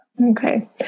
Okay